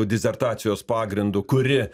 disertacijos pagrindu kuri